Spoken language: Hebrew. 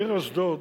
העיר אשדוד